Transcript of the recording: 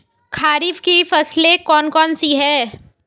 खरीफ की फसलें कौन कौन सी हैं?